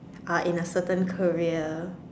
are in a certain career